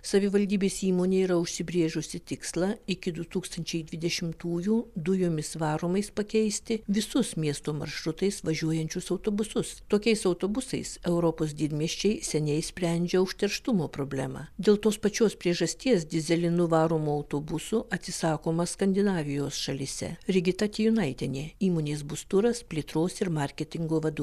savivaldybės įmonė yra užsibrėžusi tikslą iki du tūkstančiai dvidešimtųjų dujomis varomais pakeisti visus miesto maršrutais važiuojančius autobusus tokiais autobusais europos didmiesčiai seniai sprendžia užterštumo problemą dėl tos pačios priežasties dyzelinu varomų autobusų atsisakoma skandinavijos šalyse rigita tijūnaitienė įmonės busturas plėtros ir marketingo vadų